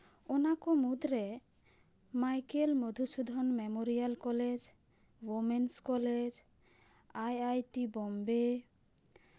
ᱚᱱᱟᱠᱚ ᱢᱩᱫᱽᱨᱮ Michael Madhusudan memorial college women's college I I T Bombay